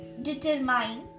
Determine